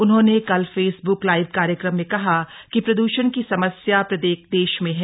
उन्होंने कल Facebook live कार्यक्रम में कहा कि प्रदषण की समस्या प्रत्येक देश में है